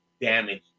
damage